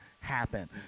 happen